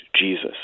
Jesus